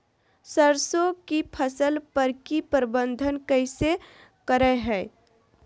सरसों की फसल पर की प्रबंधन कैसे करें हैय?